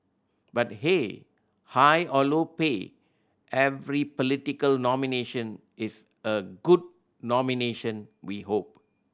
but hey high or low pay every political nomination is a good nomination we hope